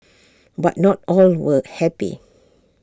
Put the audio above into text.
but not all were happy